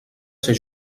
ser